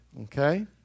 okay